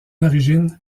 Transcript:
origine